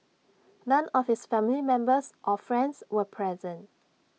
none of his family members or friends were present